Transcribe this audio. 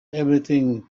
everything